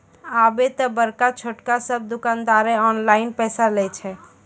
आबे त बड़का छोटका सब दुकानदारें ऑनलाइन पैसा लय छै